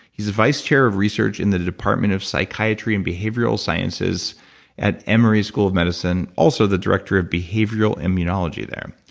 he's a vice chair of research in the department of psychiatry and behavioral sciences at emory school of medicine. also, the director of behavioral immunology there.